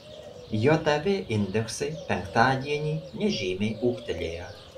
jav indeksai penktadienį nežymiai ūgtelėjo